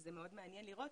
וזה מאוד מעניין לראות,